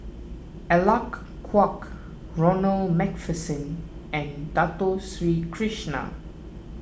Alec Kuok Ronald MacPherson and Dato Sri Krishna